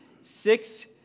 six